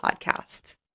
Podcast